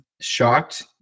Shocked